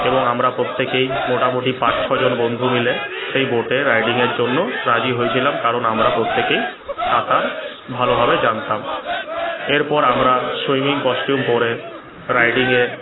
এবং আমরা প্রত্যেকেই মোটামুটি পাঁচ ছজন বন্ধু মিলে সেই বোটে রাইডিংয়ের জন্য রাজি হয়েছিলাম কারণ আমরা প্রত্যেকেই সাঁতার ভালোভাবে জানতাম এরপর আমরা সুইমিং কস্টিউম পরে রাইডিংয়ের